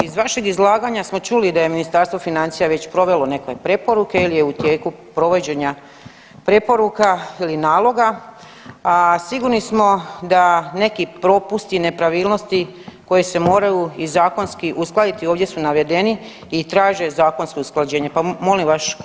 Iz vašeg izlaganja smo čuli da je Ministarstvo financija već provelo neke preporuke ili je u tijeku provođenja preporuka ili naloga, a sigurni smo da neki propusti i nepravilnosti koje se moraju i zakonski uskladiti ovdje su navedeni i traže zakonsko usklađenje, pa molim vaš komentar malo.